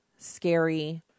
scary